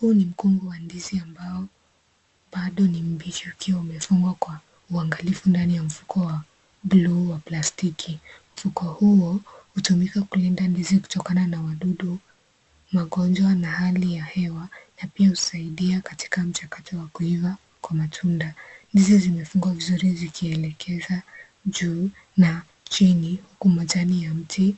Huu ni mkungu wa ndizi ambao bado ni mbichi ukiwa umefungwa kwa uangalifu ndani ya mfuko wa glue wa plastiki. Mfuko huo hutumika kulinda ndizi kutokana na wadudu, magonjwa na hali ya hewa na pia husaidia katika mchakato wa kuiva kwa matunda. Ndizi zimefungwa vizuri zikielekeza juu na chini huku majani ya mti